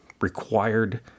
required